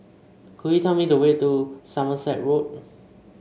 could you tell me the way to Somerset Road